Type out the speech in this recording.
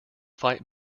fight